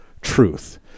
truth